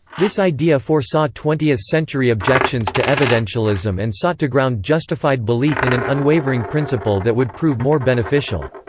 this idea foresaw twentieth century objections to evidentialism and sought to ground justified belief in an unwavering principle that would prove more beneficial.